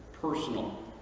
personal